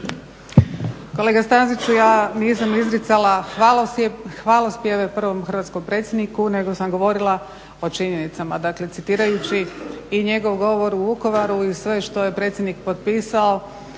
Kolega Staziću ja nisam izricala hvalospjeve prvom hrvatskom predsjedniku nego sam govorila o činjenicama citirajući i njegov govor u Vukovaru i sve što je predsjednik potpisao.